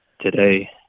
today